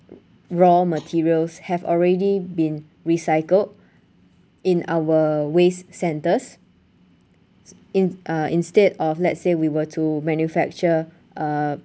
raw materials have already been recycled in our waste centres in uh instead of let's say we were to manufacture uh